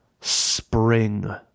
Spring